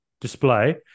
display